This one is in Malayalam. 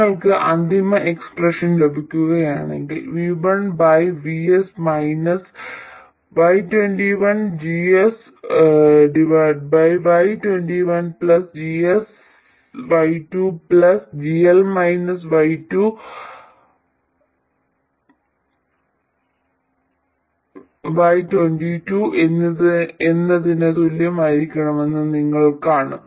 നിങ്ങൾക്ക് അന്തിമ എക്സ്പ്രഷൻ ലഭിക്കുകയാണെങ്കിൽ v2 vs y11 GS y22 GL y12 y21 എന്നതിന് തുല്യമായിരിക്കുമെന്ന് നിങ്ങൾ കാണും